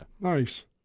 Nice